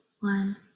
one